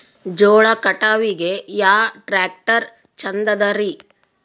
ಜೋಳ ಕಟಾವಿಗಿ ಯಾ ಟ್ಯ್ರಾಕ್ಟರ ಛಂದದರಿ?